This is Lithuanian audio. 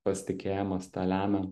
pasitikėjimas tą lemia